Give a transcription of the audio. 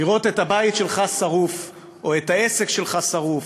לראות את הבית שלך שרוף, או את העסק שלך שרוף,